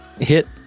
hit